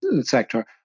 sector